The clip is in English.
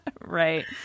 Right